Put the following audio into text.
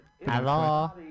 Hello